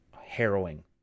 harrowing